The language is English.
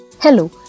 Hello